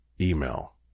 email